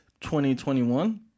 2021